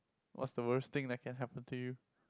what's the worst thing that can happen to you